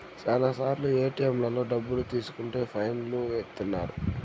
శ్యానా సార్లు ఏటిఎంలలో డబ్బులు తీసుకుంటే ఫైన్ లు ఏత్తన్నారు